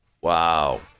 Wow